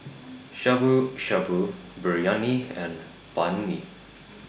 Shabu Shabu Biryani and Banh MI